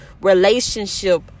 relationship